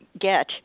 get